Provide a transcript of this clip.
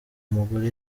umugore